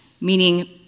meaning